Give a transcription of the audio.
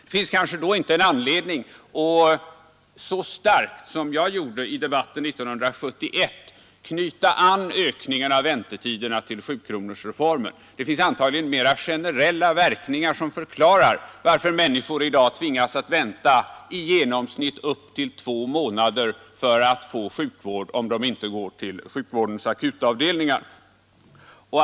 Det finns kanske då inte anledning att så starkt som jag gjorde i debatten 1971 knyta an ökningen av väntetiderna till sjukronorsreformen. Det finns antagligen mera generella verkningar som förklarar varför människor i dag tvingas vänta i genomsnitt upp till två månader för att få sjukvård, om de inte går till sjukvårdens akutavdelningar.